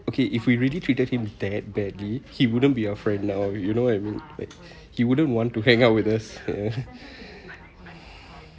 okay if we really treated him that badly he wouldn't be our friend now you know what I mean he wouldn't want to hang out with us ya